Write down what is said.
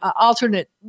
alternate